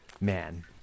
Man